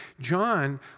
John